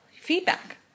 feedback